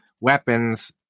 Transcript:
weapons